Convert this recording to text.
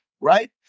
right